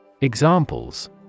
examples